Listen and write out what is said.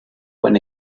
when